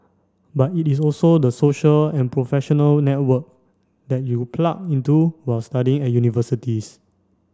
but it is also the social and professional network that you plug into while studying at universities